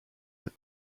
but